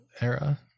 era